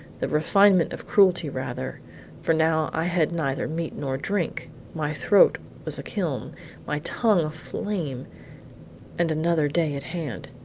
the refinement of cruelty rather for now i had neither meat nor drink my throat was a kiln my tongue a flame and another day at hand.